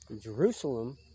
Jerusalem